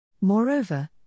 Moreover